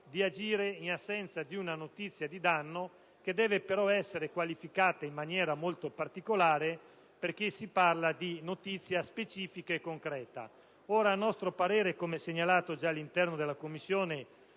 di agire in assenza di una notizia di danno, che deve essere però qualificata in maniera molto particolare in quanto si parla di notizia specifica e concreta. A nostro parere, come segnalato già all'interno della Commissione